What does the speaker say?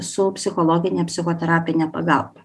su psichologine psichoterapine pagalba